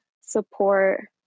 support